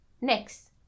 Next